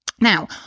Now